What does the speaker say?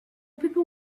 people